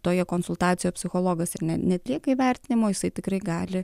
toje konsultacijoj psichologas ir ne neatlieka įvertinimo jisai tikrai gali